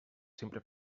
sempre